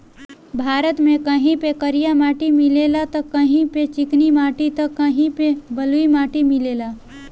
भारत में कहीं पे करिया माटी मिलेला त कहीं पे चिकनी माटी त कहीं पे बलुई माटी मिलेला